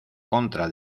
contra